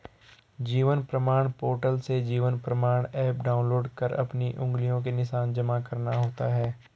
जीवन प्रमाण पोर्टल से Jeevan Pramaan app download कर अपनी उंगलियों के निशान जमा करना होता है